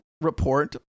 report